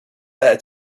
letter